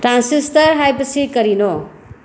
transistor ꯍꯥꯏꯕꯁꯤ ꯀꯔꯤꯅꯣ